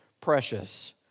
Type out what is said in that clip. precious